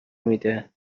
میده